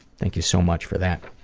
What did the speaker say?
thank you so much for that.